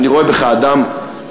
אני רואה בך אדם נאור.